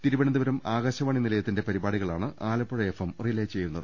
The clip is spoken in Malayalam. തിരുവനന്തപുരം ആകാശവാണി നിലയത്തിന്റെ പരിപാടികളാണ് ആലപ്പുഴ എഫ്എം റിലേ ചെയ്യുന്നത്